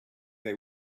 they